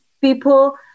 people